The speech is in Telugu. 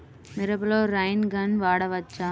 మిరపలో రైన్ గన్ వాడవచ్చా?